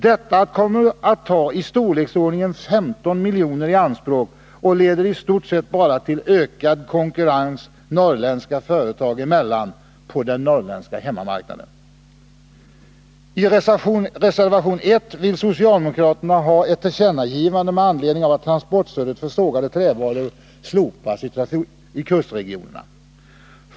Detta kommer att ta i storleksordningen 15 miljoner i anspråk och leder i stort sett bara till ökad konkurrens norrländska företag emellan på den norrländska hemmamarknaden. I reservation 1 vill socialdemokraterna ha ett tillkännagivande med anledning av att transportstödet för sågade trävaror slopas i kustregionerna.